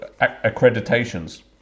accreditations